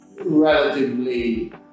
relatively